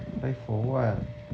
buy for what